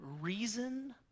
reason